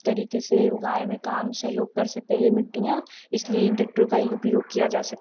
तरीके से उगाएँ में काम सहयोग कर सकें ये मिट्टियाँ इसलिए इन ट्रेक्टरों का उपयोग किया जा सके